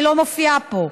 היא לא מופיעה פה.